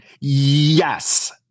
Yes